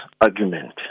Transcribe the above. argument